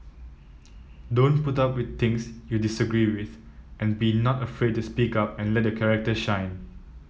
don't put up with things you disagree with and be not afraid to speak up and let your character shine